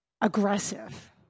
aggressive